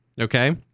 Okay